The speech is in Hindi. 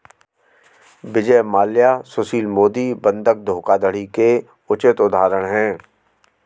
विजय माल्या सुशील मोदी बंधक धोखाधड़ी के उचित उदाहरण है